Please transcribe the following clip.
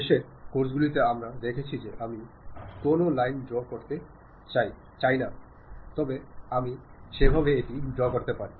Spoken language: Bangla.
শেষের ক্লাসগুলিতে আমরা দেখেছি যদি আমি কোনও লাইন ড্রও করতে চাই তবে আমি সেভাবে এটি ড্রও করতে পারি